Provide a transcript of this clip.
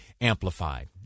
amplified